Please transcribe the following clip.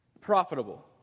profitable